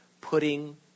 putting